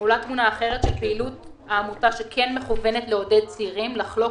עולה תמונה אחרת שפעילות העמותה כן מכוונת לעודד צעירים לחלוק